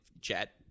jet